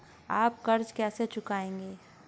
आप कर्ज कैसे चुकाएंगे?